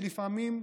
שלפעמים,